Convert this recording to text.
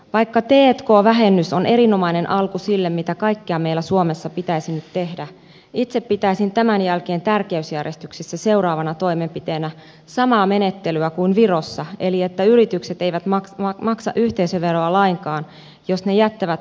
vaikka t k vähennys on erinomainen alku sille mitä kaikkea meillä suomessa pitäisi nyt tehdä itse pitäisin tämän jälkeen tärkeysjärjestyksessä seuraavana toimenpiteenä samaa menettelyä kuin virossa eli sitä että yritykset eivät maksa yhteisöveroa lainkaan jos ne jättävät voitot yritykseen